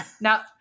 Now